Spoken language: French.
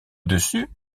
dessus